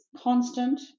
constant